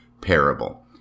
parable